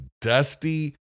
dusty